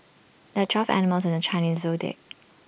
there are twelve animals in the Chinese Zodiac